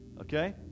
Okay